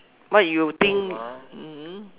what you think mm